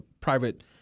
private